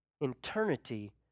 Eternity